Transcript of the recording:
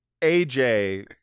AJ